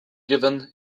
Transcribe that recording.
given